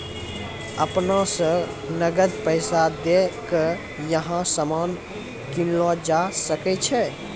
अपना स नकद पैसा दै क यहां सामान कीनलो जा सकय छै